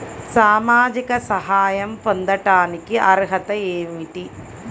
సామాజిక సహాయం పొందటానికి అర్హత ఏమిటి?